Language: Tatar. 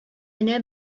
менә